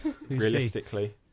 realistically